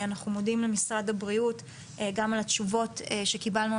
אנחנו מודים למשרד הבריאות גם על התשובות שקיבלנו,